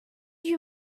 you